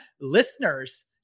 listeners